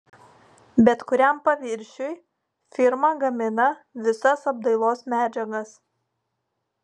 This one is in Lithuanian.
bet kuriam paviršiui firma gamina visas apdailos medžiagas